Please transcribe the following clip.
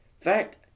fact